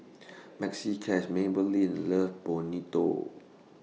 Maxi Cash Maybelline Love Bonito